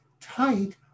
tight